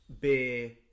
beer